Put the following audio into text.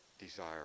desire